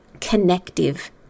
connective